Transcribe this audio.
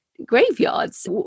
graveyards